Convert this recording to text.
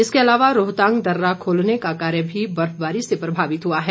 इसके अलावा रोहतांग दर्रा खोलने का कार्य भी बर्फबारी से प्रमावित हुआ है